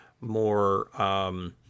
more